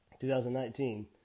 2019